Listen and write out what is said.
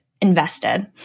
invested